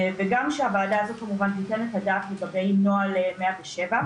גם שהוועדה הזאת כמובן תיתן את הדעת לגבי נוהל 107,